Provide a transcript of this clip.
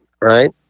right